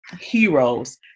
heroes